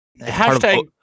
Hashtag